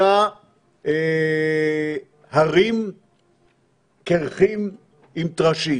הרים קירחים עם טרשים,